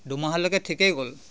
দুমাহলৈকে ঠিকেই গ'ল